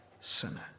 sinner